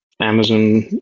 Amazon